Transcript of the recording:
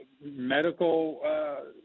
medical